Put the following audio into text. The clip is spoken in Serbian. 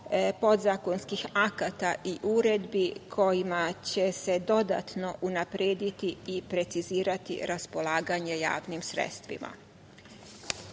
podzakonskih akata i uredbi kojima će se dodatno unaprediti i precizirati raspolaganje javnim sredstvima. Našu